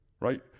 Right